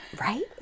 Right